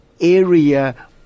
area